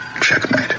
Checkmate